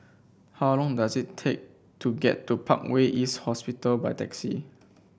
how long does it take to get to Parkway East Hospital by taxi